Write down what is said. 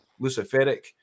Luciferic